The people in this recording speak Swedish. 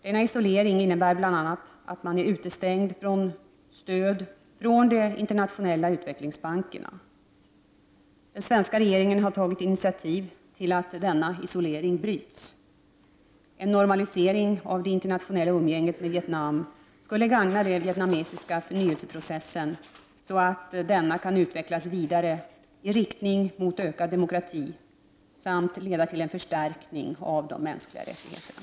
Denna isolering innebär bl.a. att man är utestängd från stöd från de internationella utvecklingsbankerna. Den svenska regeringen har tagit initiativ till att denna isolering bryts. En normalisering av det internatio nella umgänget med Vietnam skulle gagna den vietnamesiska förnyelseprocessen, så att denna kan utvecklas vidare i riktning mot ökad demokrati samt leda till en förstärkning av de mänskliga rättigheterna.